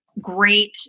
great